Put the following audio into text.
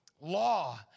law